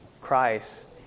Christ